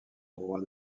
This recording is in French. droit